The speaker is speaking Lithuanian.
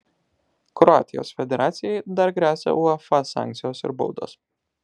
kroatijos federacijai dar gresia uefa sankcijos ir baudos